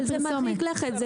אבל זה מרחיק לכת,